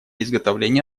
изготовления